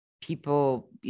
people